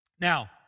Now